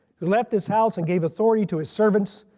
who left his house and gave authority to his servants,